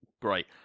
great